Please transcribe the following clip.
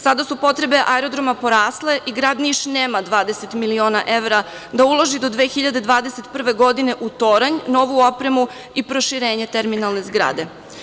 Sada su potrebe aerodroma porasle i grad Niš nema 20 miliona evra da uloži do 2021. godine u toranj, novu opremu i proširenje terminalne zgrade.